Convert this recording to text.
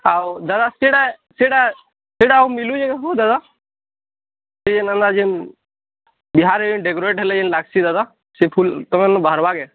ଆଉ ଦାଦା ସେଇଟା ସେଇଟା ସେଇଟା ଆଉ ମିଳୁଛି କେ ଦାଦା ଇଏ ମାନେ ଆଜି ବିହାରେ ଡେକୋରେଟ୍ ହେଲେ ଯେନ୍ ଲାଗ୍ସି ଦାଦା ସେ ଫୁଲ୍ ତମାନୁ ବାହାର୍ବାକେ